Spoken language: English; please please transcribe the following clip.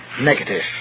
negative